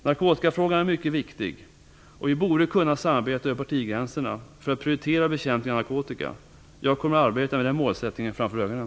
Narkotikafrågan är mycket viktig. Vi borde kunna samarbeta över partigränserna för att prioritera bekämpningen av narkotika. Jag kommer att arbeta med den målsättningen framför ögonen.